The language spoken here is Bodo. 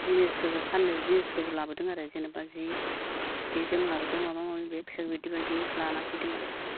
जिनिसफोरबो फान्दों जिनिसफोरबो लाबोदों आरो जेनेबा जि जि जोम लाबोदों माबा माबि बेग सेग बिदि बायदि लाना फैदों आरखि